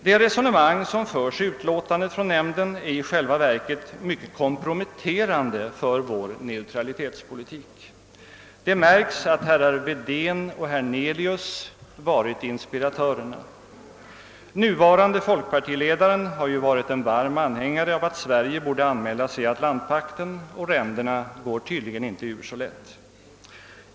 Det resonemang som förs i nämndens utlåtande är i själva verket mycket komprometterande för vår neutralitelspolitik. Det märks att herrar Wedén och Hernelius varit inspiratörer. Den nuvarande folkpartiledaren har varit en varm anhängare av tanken att Sverige borde ansluta sig till Atlantpakten, och ränderna går tydligen inte ur så lätt.